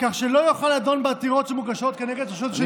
כך שלא יוכל לדון בעתירות שמוגשות כנגד רשויות שלטוניות.